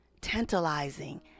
tantalizing